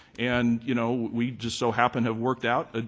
and you know, we just so happened have worked out, ah